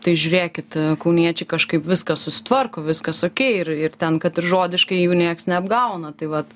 tai žiūrėkit kauniečiai kažkaip viską susitvarko viskas okei ir ir ten kad ir žodiškai jų nieks neapgauna tai vat